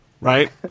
Right